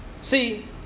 See